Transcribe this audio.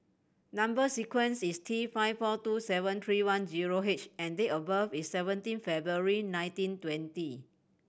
number sequence is T five four two seven three one zero H and date of birth is seventeen February nineteen twenty